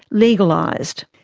legalised.